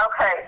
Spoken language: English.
Okay